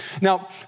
Now